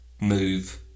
move